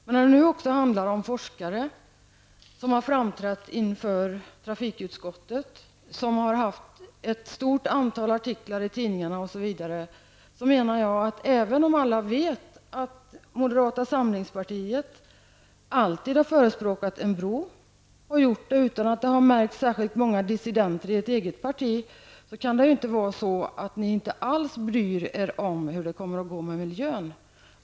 Men nu handlar det också om forskare som har framträtt inför trafikutskottet, haft ett stort antal artiklar i tidningarna, osv. Även om alla vet att moderata samlingspartiet alltid har förespråkat en bro och har gjort det utan att det har märkts särskilt många dissidenter i det egna partiet, kan det ju inte vara så, menar jag, att ni inte alls bryr er om hur det kommer att gå med miljön.